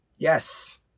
Yes